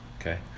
Okay